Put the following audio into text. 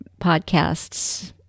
podcasts